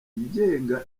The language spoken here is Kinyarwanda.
igenga